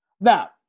Now